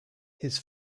his